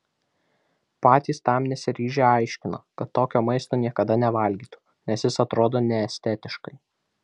patys tam nesiryžę aiškino kad tokio maisto niekada nevalgytų nes jis atrodo neestetiškai